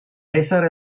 ésser